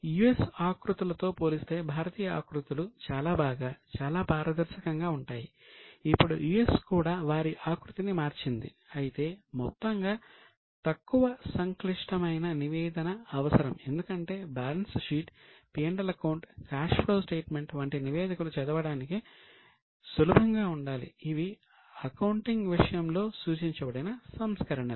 యుఎస్వంటి నివేదికలు చదవడానికి సులభంగా ఉండాలి ఇవి అకౌంటింగ్ విషయంలో సూచించబడిన సంస్కరణలు